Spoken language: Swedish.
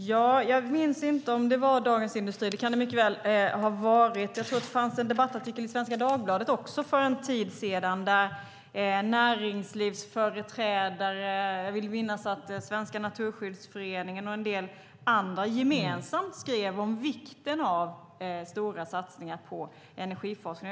Fru talman! Jag minns inte om det var Dagens Industri - det kan det mycket väl ha varit. Jag tror att det fanns en debattartikel i Svenska Dagbladet också för en tid sedan där näringslivsföreträdare, svenska Naturskyddsföreningen, vill jag minnas, och en del andra gemensamt skrev om vikten av stora satsningar på energiforskningen.